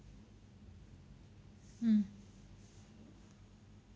mm